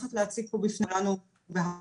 הולכת להציג פה בפני כולנו --- עוד